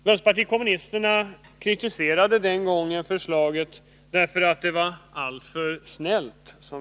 Vänsterpartiet kommunisterna kritiserade den gången förslaget, som vi ansåg vara alltför ”snällt”.